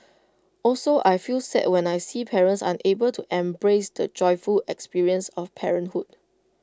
also I feel sad when I see parents unable to embrace the joyful experience of parenthood